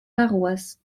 paroisse